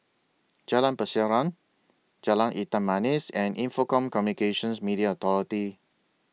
Jalan Pasiran Jalan Hitam Manis and Info Communications Media Authority